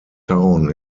town